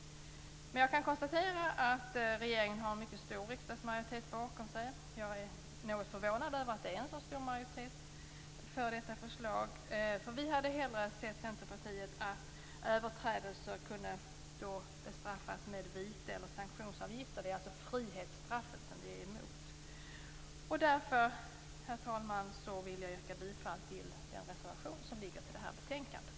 Jag kan dock konstatera att regeringen har en mycket stor riksdagsmajoritet bakom sig. Jag är något förvånad över att det är en så stor majoritet för detta förslag. Vi i Centerpartiet hade hellre sett att överträdelser kunde bestraffas med vite eller sanktionsavgifter. Det är alltså frihetsstraffet som vi är emot. Därför, herr talman, vill jag yrka bifall till den reservation som är lagd till det här betänkandet.